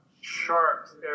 sharks